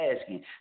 asking